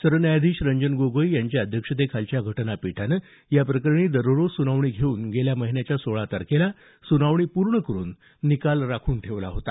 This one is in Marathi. सरन्यायाधीश रंजन गोगोई यांच्या अध्यक्षतेखालच्या घटनापीठानं या प्रकरणी दररोज सुनावणी घेऊन गेल्या महिन्याच्या सोळा तारखेला सुनावणी पूर्ण करून निकाल राखून ठेवला होता